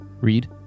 read